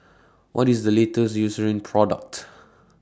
What IS The latest Eucerin Product